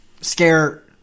scare